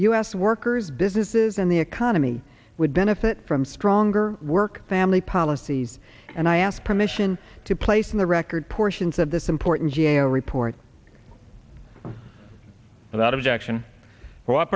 s workers businesses and the economy would benefit from stronger work family policies and i asked permission to place in the record portions of this important g a o report without objection what